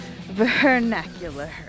vernacular